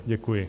Děkuji.